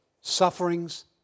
Sufferings